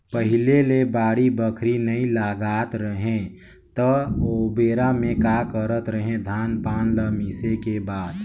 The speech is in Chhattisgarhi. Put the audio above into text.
पहिले ले बाड़ी बखरी नइ लगात रहें त ओबेरा में का करत रहें, धान पान ल मिसे के बाद